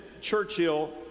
Churchill